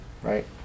Right